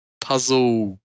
puzzle